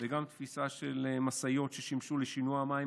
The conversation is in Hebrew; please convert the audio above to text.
וגם תפיסה של משאיות ששימשו לשינוע המים